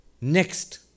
Next